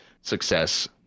success